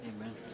Amen